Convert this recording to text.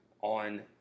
on